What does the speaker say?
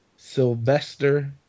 Sylvester